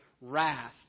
wrath